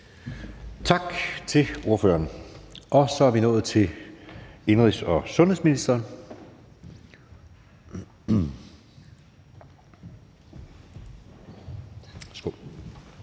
Tak til ordføreren. Så er vi nået til indenrigs- og sundhedsministeren.